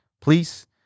please